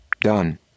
Done